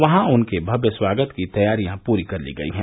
वहां उनके भव्य स्वागत की तैयारियां पूरी कर ली गयी हैं